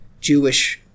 Jewish